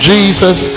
Jesus